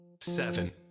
seven